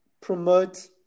promote